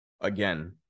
Again